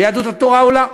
ויהדות התורה עולה,